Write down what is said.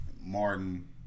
Martin –